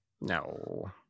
No